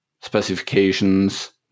specifications